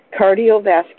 cardiovascular